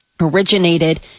originated